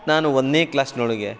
ನಾನು ಒಂದನೇ ಕ್ಲಾಸ್ನೊಳಗೆ